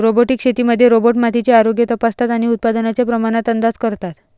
robotic शेतीमध्ये robot मातीचे आरोग्य तपासतात आणि उत्पादनाच्या प्रमाणात अंदाज करतात